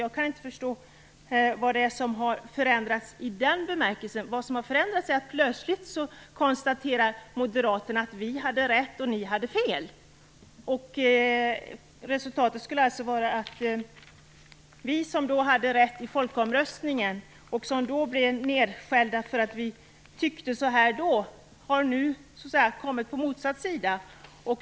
Jag kan inte förstå vad det är som har förändrats i den bemärkelsen. Vad som har förändrats är att moderaterna plötsligt konstaterar att vi hade rätt och att ni hade fel. Resultatet skulle alltså vara att vi, som hade rätt i folkomröstningen och som då blev nedskällda för att vi tyckte som vi gjorde, nu har hamnat på motsatt sida.